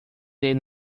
del